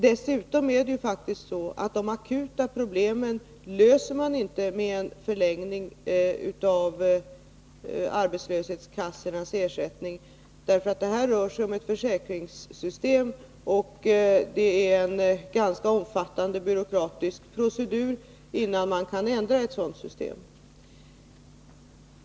Dessutom är det faktiskt så att man inte löser de akuta problemen med en förlängning av arbetslöshetskassornas ersättning; därför att detta rör sig om ett försäkringssystem, och det är en ganska omfattande byråkratisk procedur innan man kan ändra ett sådant system.